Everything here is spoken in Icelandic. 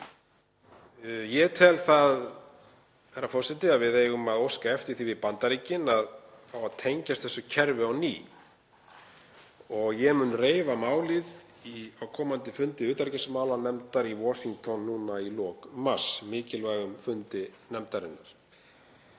forseti, að við eigum að óska eftir því við Bandaríkin að fá að tengjast þessu kerfi á ný og ég mun reifa málið á komandi fundi utanríkismálanefndar í Washington núna í lok mars, mikilvægum fundi nefndarinnar.